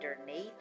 underneath